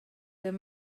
there